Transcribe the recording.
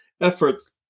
efforts